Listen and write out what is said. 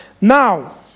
Now